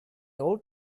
old